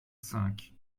cinq